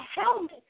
helmet